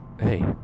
hey